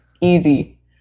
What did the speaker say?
Easy